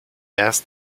erst